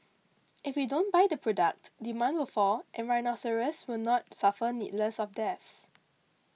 if we don't buy the product demand will fall and rhinoceroses will not suffer needless deaths